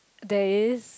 there is